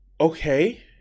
okay